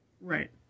Right